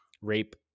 rape